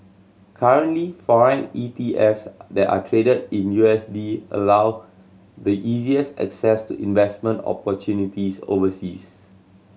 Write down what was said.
currently foreign E T Fs that are traded in U S D allow the easiest access to investment opportunities overseas